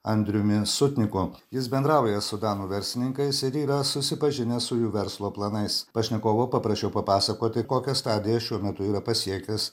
andriumi sutniku jis bendrauja su danų verslininkais ir yra susipažinęs su jų verslo planais pašnekovo paprašiau papasakoti kokią stadiją šiuo metu yra pasiekęs